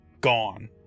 gone